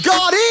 God